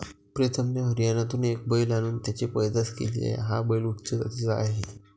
प्रीतमने हरियाणातून एक बैल आणून त्याची पैदास केली आहे, हा बैल उच्च जातीचा आहे